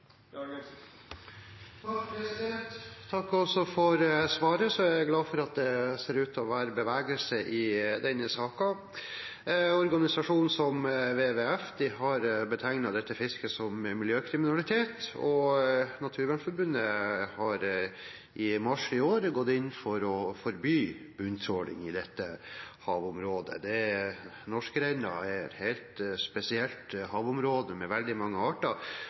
Takk for svaret. Jeg er glad for at det ser ut til å være bevegelse i denne saken. En organisasjon som WWF har betegnet dette fisket som miljøkriminalitet, og Naturvernforbundet har i mars i år gått inn for å forby bunntråling i dette havområdet. Norskerenna er et helt spesielt havområde med veldig mange arter.